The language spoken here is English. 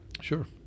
Sure